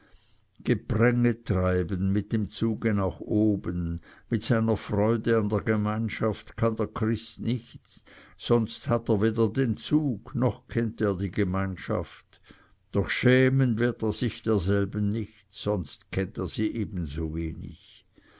gepränge treiben mit dem zuge nach oben mit seiner freude an der gemeinschaft kann der christ nicht sonst hat er weder den zug noch kennt er die gemeinschaft doch schämen wird er sich der selben nicht sonst kennt er sie ebenso wenig